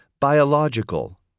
biological